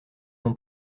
non